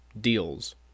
deals